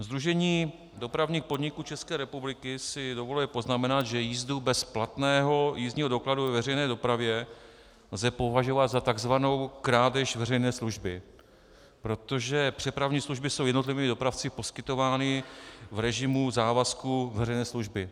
Sdružení dopravních podniků České republiky si dovoluje poznamenat, že jízdu bez platného dokladu ve veřejné dopravě lze považovat za takzvanou krádež veřejné služby, protože přepravní služby jsou jednotlivými dopravci poskytovány v režimu závazku veřejné služby.